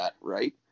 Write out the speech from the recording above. right